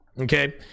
Okay